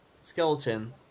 skeleton